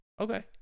Okay